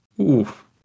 oof